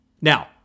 Now